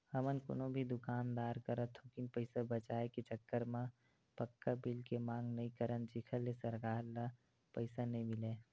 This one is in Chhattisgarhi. हमन कोनो भी दुकानदार करा थोकिन पइसा बचाए के चक्कर म पक्का बिल के मांग नइ करन जेखर ले सरकार ल पइसा नइ मिलय